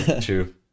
true